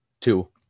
Two